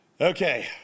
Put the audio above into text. Okay